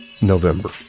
November